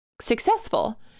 successful